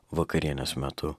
vakarienės metu